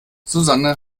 susanne